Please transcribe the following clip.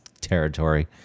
territory